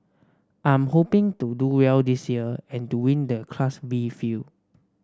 I'm hoping to do well this year and to win the Class B field